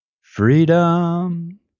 Freedom